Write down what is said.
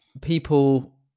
people